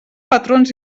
patrons